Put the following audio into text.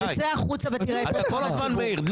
כל הזמן אתה מעיר.